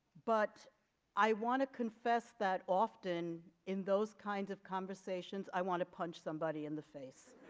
but i want to confess that often in those kinds of conversations i want to punch somebody in the face